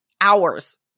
hours